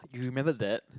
you remember that